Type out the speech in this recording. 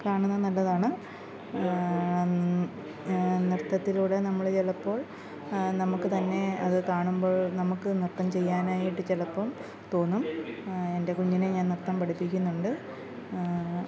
കാണുന്നത് നല്ലതാണ് നൃത്തത്തിലൂടെ നമ്മൾ ചിലപ്പോൾ നമുക്ക് തന്നെ അത് കാണുമ്പോൾ നമുക്ക് നൃത്തം ചെയ്യാനായിട്ട് ചിലപ്പം തോന്നും എന്റെ കുഞ്ഞിനെ ഞാൻ നൃത്തം പഠിപ്പിക്കുന്നുണ്ട്